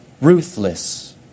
ruthless